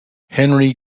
henry